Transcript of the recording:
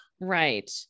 Right